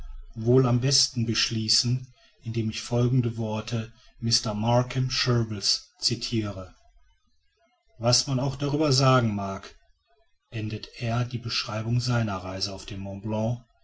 wohl am besten beschließen indem ich folgende worte mr markham sherwill's citire was man auch darüber sagen mag endet er die beschreibung seiner reise auf den mont blanc